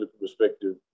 perspective